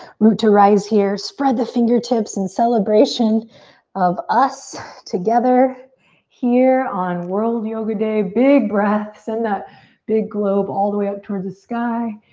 root to rise here. spread the fingertips in celebration of us together here on world yoga day. big breath. send that big globe all the way up towards the sky.